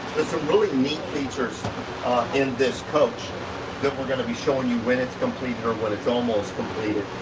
really neat features in this coach that we're gonna be showing you when it's completed or when it's almost completed.